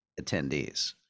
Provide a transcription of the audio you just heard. attendees